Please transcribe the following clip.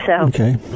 Okay